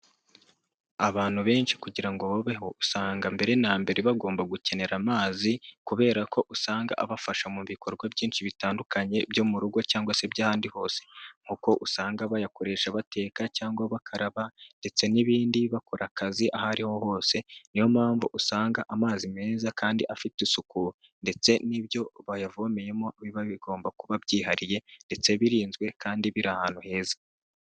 Abantu benshi kugira ngo babeho usanga mbere na mbere bagomba gukenera amazi, kubera ko usanga abafasha mu bikorwa byinshi bitandukanye byo mu rugo cyangwa se iby'ahandi hose, kuko usanga bayakoresha bateka cyangwa bakaraba ndetse n'ibindi bakora akazi aho ariho hose, niyo mpamvu usanga amazi meza kandi afite isuku ndetse n'ibyo bayavomeyemo biba bigomba kuba byihariye ndetse birinzwe kandi biri ahantu heza.